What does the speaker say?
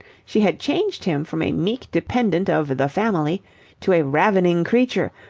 she had changed him from a meek dependent of the family to a ravening creature,